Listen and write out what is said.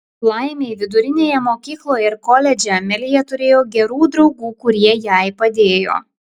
laimei vidurinėje mokykloje ir koledže amelija turėjo gerų draugų kurie jai padėjo